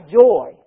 joy